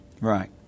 Right